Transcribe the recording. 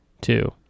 two